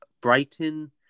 Brighton